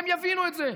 הם יבינו את זה.